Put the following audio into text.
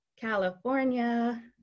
California